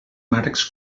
marcs